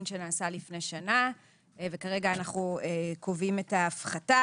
שנעשה לפני שנה וכרגע אנחנו קובעים את ההפחתה.